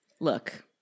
Look